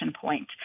point